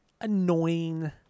annoying